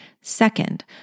Second